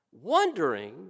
wondering